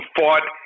fought